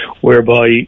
whereby